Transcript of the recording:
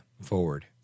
forward